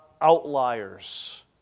outliers